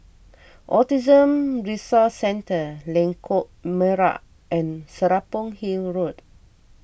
Autism Resource Centre Lengkok Merak and Serapong Hill Road